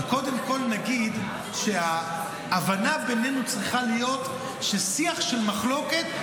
קודם כול נגיד שההבנה בינינו צריכה להיות ששיח של מחלוקת,